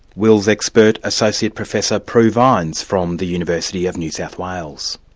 wills expert, associate professor, prue vines from the university of new south wales.